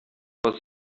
was